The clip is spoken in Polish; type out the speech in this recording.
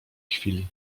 chwili